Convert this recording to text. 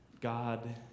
God